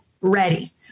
ready